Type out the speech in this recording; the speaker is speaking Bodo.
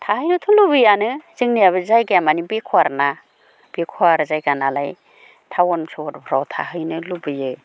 थाहैनोथ' लुबैयानो जोंनियाबो जायगाया माने बेकवार ना बेकवार जायगा नालाय टाउन सहरफ्राव थाहैनो लुबैयो